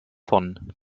von